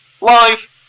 Live